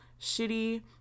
shitty